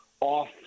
off